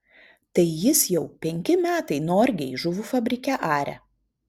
tai jis jau penki metai norgėj žuvų fabrike aria